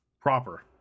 Proper